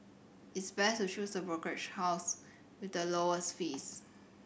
it's best to choose a brokerage house with the lowest fees